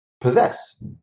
possess